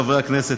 חברי הכנסת,